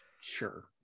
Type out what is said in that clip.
Sure